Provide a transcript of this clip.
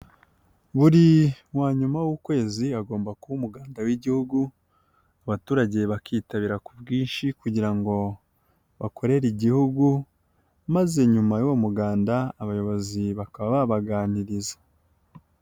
Buri wa nyuma w'ukwezi hagomba kuba umuganda w'igihugu abaturage bakitabira ku bwinshi kugira ngo bakorere igihugu maze nyuma y'uwo muganda abayobozi bakaba babaganiriza.